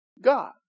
God